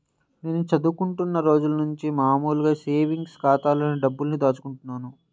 నేను చదువుకుంటున్న రోజులనుంచి మామూలు సేవింగ్స్ ఖాతాలోనే డబ్బుల్ని దాచుకుంటున్నాను